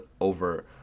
over